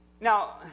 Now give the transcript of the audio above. Now